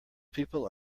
people